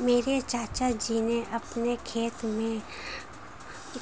मेरे चाचा जी ने अपने खेत में